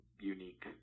unique